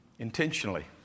intentionally